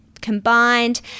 combined